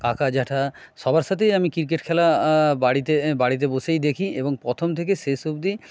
কাকা জ্যাঠা সবার সাথেই আমি ক্রিকেট খেলা বাড়িতে বাড়িতে বসেই দেখি এবং প্রথম থেকে শেষ অব্দি